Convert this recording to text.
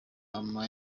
ama